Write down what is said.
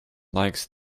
likes